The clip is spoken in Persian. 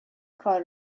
کار